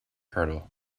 hurdle